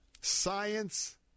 science